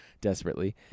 desperately